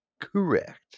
correct